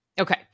Okay